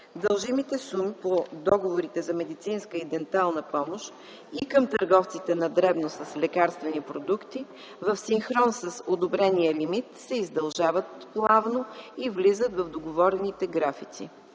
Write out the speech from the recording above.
дължимите суми по договорите за медицинска и дентална помощ и към търговците на дребно с лекарствени продукти в синхрон с подобрения лимит, се издължават плавно и влизат в договорените графици.